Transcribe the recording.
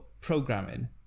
programming